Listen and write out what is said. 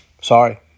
Sorry